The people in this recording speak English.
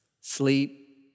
sleep